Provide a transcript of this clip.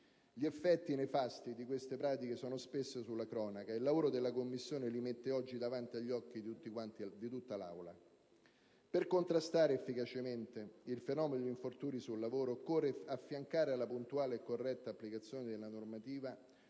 Gli effetti nefasti di queste pratiche sono spesso sulla cronaca e il lavoro della Commissione li mette oggi davanti agli occhi di tutti i componenti di quest'Assemblea. Per contrastare efficacemente il fenomeno degli infortuni sul lavoro occorre affiancare alla puntuale e corretta applicazione della normativa